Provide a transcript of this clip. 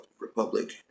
Republic